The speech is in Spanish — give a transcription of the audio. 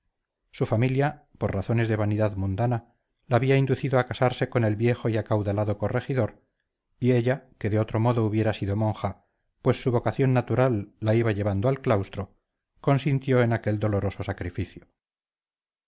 su familia por razones de vanidad mundana le había inducido a casarse con el viejo y acaudalado corregidor y ella que de otro modo hubiera sido monja pues su vocación natural la iba llevando al claustro consintió en aquel doloroso sacrificio